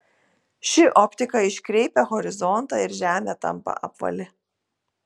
ši optika iškreipia horizontą ir žemė tampa apvali